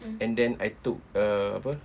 and then I took a apa